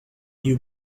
you